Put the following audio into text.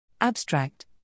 Abstract